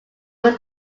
was